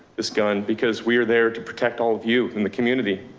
this gun because we are there to protect all of you in the community.